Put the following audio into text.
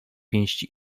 pięści